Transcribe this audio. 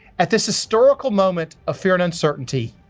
at this historical moment of fear and uncertainty,